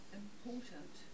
important